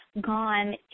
gone